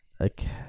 okay